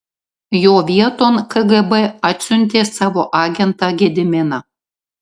jo vieton kgb atsiuntė savo agentą gediminą